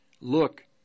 look